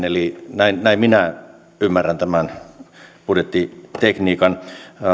eli näin näin minä ymmärrän tämän budjettitekniikan